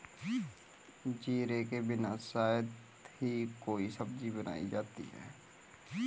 जीरे के बिना शायद ही कोई सब्जी बनाई जाती है